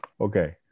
okay